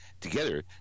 together